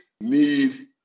need